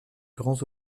grands